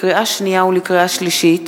לקריאה שנייה ולקריאה שלישית: